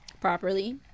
properly